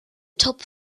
top